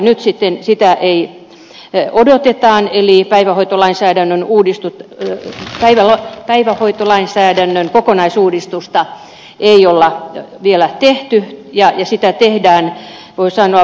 nyt sitten sitä odotetaan eli päivähoitolainsäädännön kokonaisuudistusta ei ole vielä tehty ja sitä tehdään voi sanoa vaiheittain